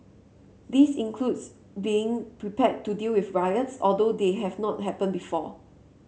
these includes being prepared to deal with riots although they have not happened before